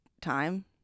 time